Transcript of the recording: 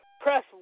Press